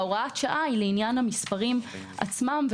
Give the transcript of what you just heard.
והוראת השעה היא לעניין המספרים עצמם,